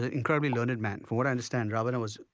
ah incredibly learned man. from what i understand, ravana was.